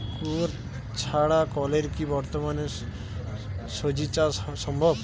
কুয়োর ছাড়া কলের কি বর্তমানে শ্বজিচাষ সম্ভব?